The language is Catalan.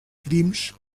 crims